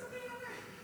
איזה מיליוני?